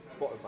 spotify